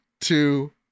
two